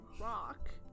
rock